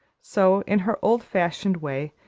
so, in her old-fashioned way,